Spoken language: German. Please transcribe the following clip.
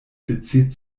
bezieht